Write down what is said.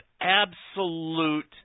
absolute